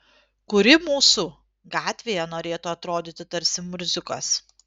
kuri mūsų gatvėje norėtų atrodyti tarsi murziukas